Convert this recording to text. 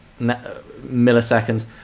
milliseconds